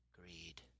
Greed